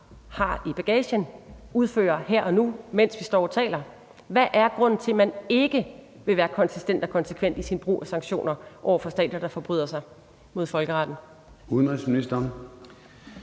har i bagagen og udfører her og nu, mens vi står og taler. Hvad er grunden til, at man ikke vil være konsistent og konsekvent i sin brug af sanktioner over for stater, der forbryder sig